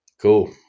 Cool